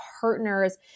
partners